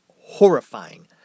Horrifying